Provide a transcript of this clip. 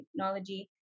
technology